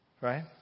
right